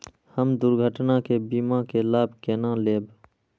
हम दुर्घटना के बीमा के लाभ केना लैब?